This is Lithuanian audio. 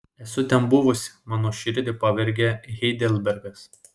esu ten buvusi mano širdį pavergė heidelbergas